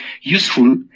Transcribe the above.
useful